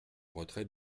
retrait